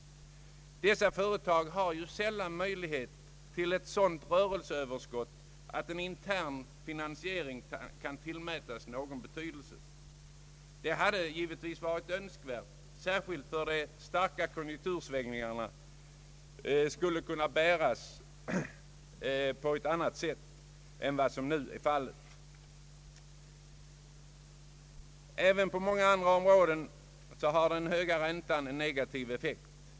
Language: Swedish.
Dessa företag har ju sällan möjlighet till ett sådant rörelseöverskott att en intern finansiering kan tillmätas någon betydelse. Sådana möjligheter hade givetvis varit önskvärda, särskilt som de starka konjunktursvängningarna hade kunnat mötas på ett annat sätt än vad som nu är fallet. Även på många andra områden har den höga räntan en negativ effekt.